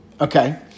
Okay